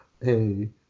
hey